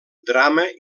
drama